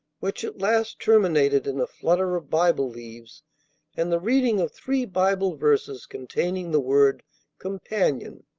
which at last terminated in a flutter of bible leaves and the reading of three bible verses containing the word companion,